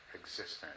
existence